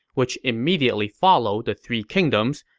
which immediately followed the three kingdoms,